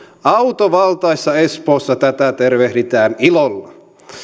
autovaltaisessa espoossa tätä tervehditään ilolla